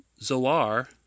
Zoar